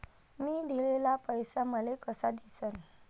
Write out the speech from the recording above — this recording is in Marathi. मी दिलेला पैसा मले कसा दिसन?